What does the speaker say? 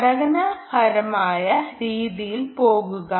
ഘടനാപരമായ രീതിയിൽ പോകുക